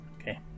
Okay